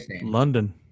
London